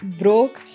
broke